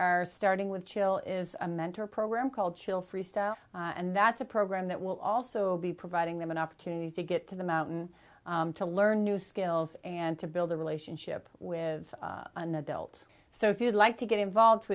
are starting with chill is a mentor program called chill freestyle and that's a program that will also be providing them an opportunity to get to the mountain to learn new skills and to build a relationship with an adult so if you'd like to get involved